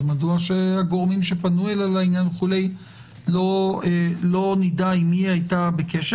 מדוע הגורמים שפנו אליה בעניין לא נדע עם מי היתה בקשר?